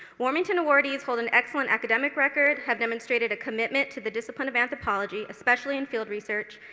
wormington awardees hold an excellent academic record, have demonstrated a commitment to the discipline of anthropology, especially in field research,